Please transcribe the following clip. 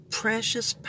precious